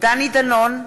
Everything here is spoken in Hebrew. דני דנון,